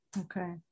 Okay